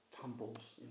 tumbles